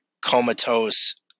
comatose